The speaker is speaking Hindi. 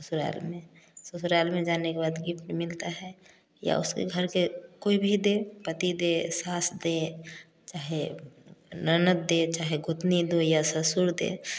ससुराल में ससुराल में जाने के बाद गिफ्ट मिलता है या उसके घर से कोई भी दे पति दे सास दे चाहे ननद दे चाहे गुतनी दुई या ससुर दे